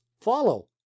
follow